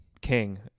king